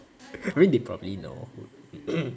I mean they probably know